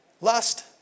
Lust